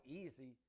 easy